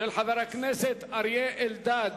של חבר הכנסת אריה אלדד,